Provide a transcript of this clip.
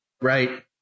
Right